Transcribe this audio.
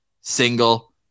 single